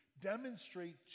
demonstrate